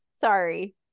Sorry